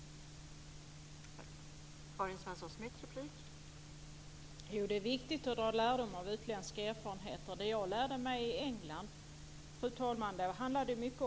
Tack!